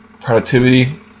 productivity